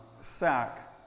sack